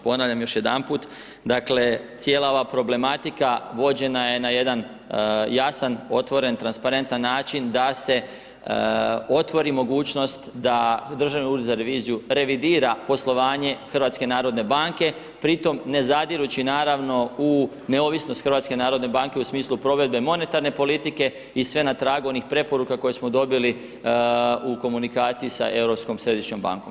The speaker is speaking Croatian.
Ponavljam još jedanput, dakle cijela ova problematika vođena je na jedan jasan, otvoren, transparentan način da se otvori mogućnost da Državni ured za reviziju revidira poslovanje HNB-a, pri tome ne zadirući naravno u neovisnost HNB-a u smislu provedbe monetarne politike i sve na tragu onih preporuka koje smo dobili u komunikaciji sa Europskom središnjom bankom.